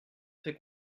fait